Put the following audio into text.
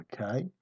okay